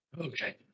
Okay